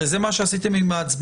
הרי זה מה שעשיתם עם ההצבעה,